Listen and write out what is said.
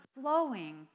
flowing